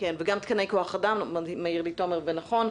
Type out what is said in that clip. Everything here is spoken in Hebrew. כן, וגם תקני כוח אדם, מעיר לי תומר נכון.